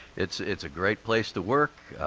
it's it's a great place to work.